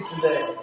today